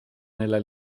nella